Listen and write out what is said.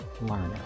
learner